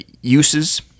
uses